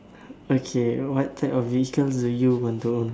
okay what type of vehicles do you want to own